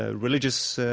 ah religious so